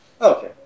Okay